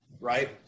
right